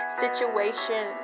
situation